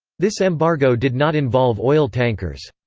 this embargo did not involve oil tankers.